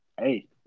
hey